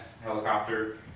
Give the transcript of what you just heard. helicopter